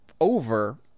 over